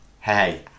hey